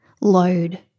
load